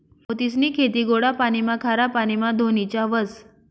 मोतीसनी खेती गोडा पाणीमा, खारा पाणीमा धोनीच्या व्हस